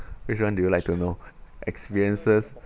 which want do you like to know experiences